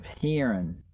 hearing